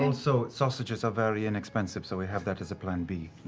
also, sausages are very inexpensive, so we have that as a plan b.